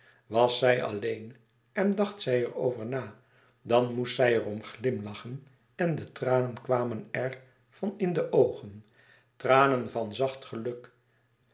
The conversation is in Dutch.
was zij alleen en dacht zij er over na dan moest zij er om glimlachen en de tranen kwamen er haar van in de oogen tranen van zacht geluk